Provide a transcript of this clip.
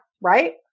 right